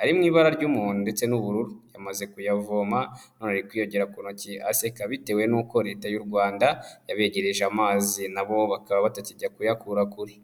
ari mu ibara ry'umuntudo ndetse n'ubururu, yamaze kuyavoma none ari kwiyogera ku ntoki aseka bitewe n'uko Leta y'u Rwanda yabegereje amazi na bo bakaba batakijya kuyakura kure.